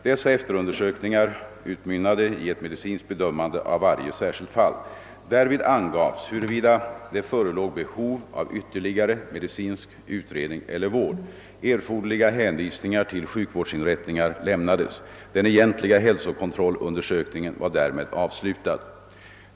Dessa efterundersökningar utmynnade i ett medicinskt bedömande av varje särskilt fall. Därvid angavs huruvida det förelåg behov av ytterligare medicinsk utredning eller vård. Erforderliga hänvisningar till sjukvårdsinrättningar lämnades. Den egentliga hälsokontrollundersökningen var därmed avslutad.